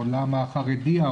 העולם החרדי,